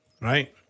right